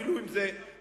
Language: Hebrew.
אפילו אם זה מהליכוד,